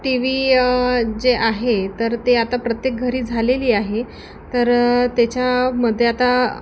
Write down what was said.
T V जे आहे तर ते आता प्रत्येक घरी झालेली आहे तर त्याच्यामध्ये आता